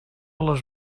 les